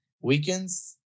weekends